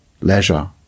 leisure